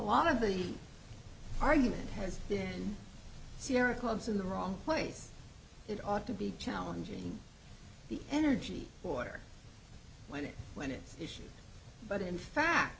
lot of the argument has been sierra club's in the wrong place it ought to be challenging the energy order when it when it issues but in fact